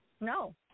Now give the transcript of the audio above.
no